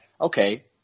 okay